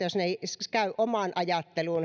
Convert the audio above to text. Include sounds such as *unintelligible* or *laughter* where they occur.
*unintelligible* jos asiat eivät käy omaan ajatteluun *unintelligible*